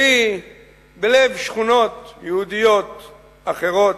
והיא בלב שכונות יהודיות אחרות.